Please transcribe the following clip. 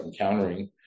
encountering